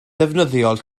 ddefnyddiol